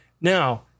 now